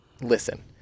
listen